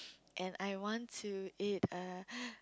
and I want to eat err